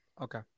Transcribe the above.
Okay